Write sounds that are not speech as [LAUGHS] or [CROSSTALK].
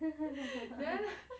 [LAUGHS]